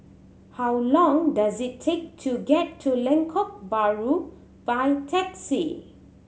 how long does it take to get to Lengkok Bahru by taxi